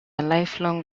lifelong